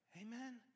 Amen